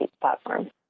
platform